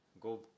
Go